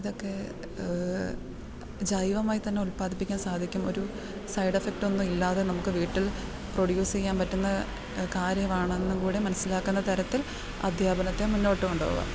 ഇതൊക്കെ ജൈവമായി തന്നെ ഉൽപാദിപ്പിക്കാൻ സാധിക്കും ഒരു സൈഡെഫക്റ്റൊന്നും ഇല്ലാതെ നമുക്ക് വീട്ടിൽ പ്രൊഡ്യൂസ് ചെയ്യാൻ പറ്റുന്ന കാര്യമാണെന്നും കൂടെ മനസ്സിലാക്കുന്ന തരത്തിൽ അദ്ധ്യാപനത്തെ മുന്നോട്ട് കൊണ്ട് പോകാം